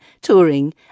touring